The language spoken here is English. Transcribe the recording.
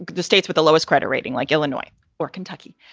the states with the lowest credit rating like illinois or kentucky,